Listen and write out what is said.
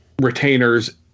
retainers